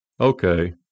Okay